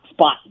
Spot